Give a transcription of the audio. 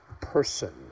person